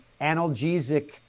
analgesic